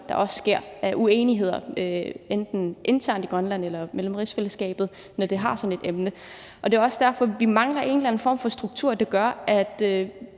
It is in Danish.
der opstår, enten internt i Grønland eller i rigsfællesskabet, når der er sådan et emne. Det er også derfor, at vi mangler en eller anden form for struktur, der gør, at